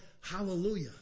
hallelujah